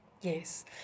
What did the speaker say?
Yes